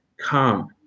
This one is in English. come